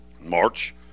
March